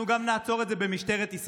אנחנו גם נעצור את זה במשטרת ישראל.